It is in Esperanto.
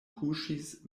kuŝis